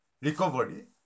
recovery